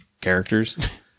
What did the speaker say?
characters